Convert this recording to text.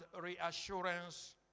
reassurance